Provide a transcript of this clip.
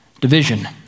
division